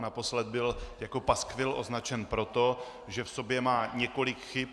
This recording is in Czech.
Naposled byl jako paskvil označen proto, že v sobě má několik chyb.